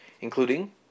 including